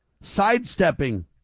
Sidestepping